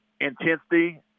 intensity